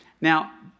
now